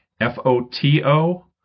F-O-T-O